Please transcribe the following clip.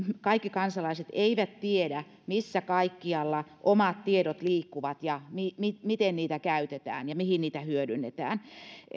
kaikki kansalaiset eivät todellakaan tiedä missä kaikkialla omat tiedot liikkuvat ja miten niitä käytetään ja mihin niitä hyödynnetään